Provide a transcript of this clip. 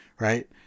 Right